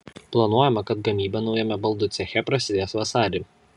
planuojama kad gamyba naujame baldų ceche prasidės vasarį